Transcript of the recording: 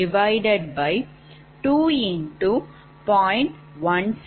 17541X0